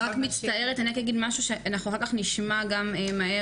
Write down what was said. מאז שהתחלתי להיכנס למכון שמתי לב